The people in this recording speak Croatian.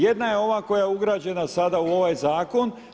Jedna je ova koja je ugrađena sada u ovaj zakon.